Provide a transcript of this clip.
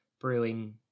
brewing